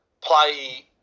play –